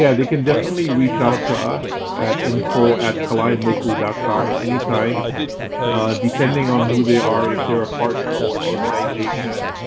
yeah they can definitely reach out to us at info at kalaimoku dot com anytime depending on who they are. if they're a partner or an organization,